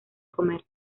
comer